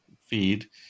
feed